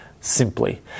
simply